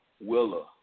Willa